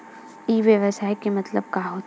ई व्यवसाय के मतलब का होथे?